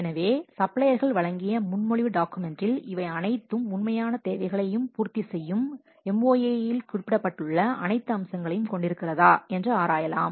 எனவே சப்ளையர்கள் வழங்கிய முன்மொழிவு டாக்குமெண்ட்டில் அவை அனைத்து உண்மையான தேவைகளையும் பூர்த்திசெய்யும் MoA இல் குறிப்பிடப்பட்டுள்ள அனைத்து அம்சங்களையும் கொண்டிருக்கிறதா என்று ஆராயலாம்